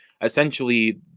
essentially